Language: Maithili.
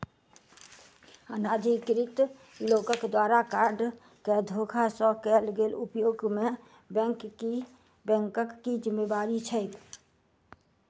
अनाधिकृत लोकक द्वारा कार्ड केँ धोखा सँ कैल गेल उपयोग मे बैंकक की जिम्मेवारी छैक?